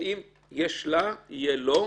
שאם יש לה, יהיה לו.